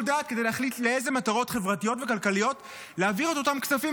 דעת כדי להחליט לאיזה מטרות חברתיות וכלכליות להעביר את אותם כספים,